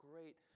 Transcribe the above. great